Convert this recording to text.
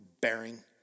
bearing